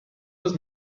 was